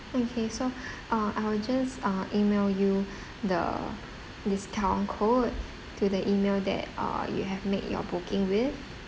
okay so uh I will just uh email you the discount code to the email that uh you have made your booking with